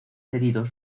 heridos